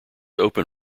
open